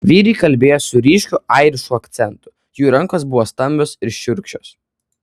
vyrai kalbėjo su ryškiu airišku akcentu jų rankos buvo stambios ir šiurkščios